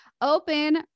open